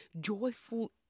joyful